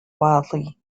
wildly